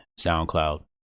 SoundCloud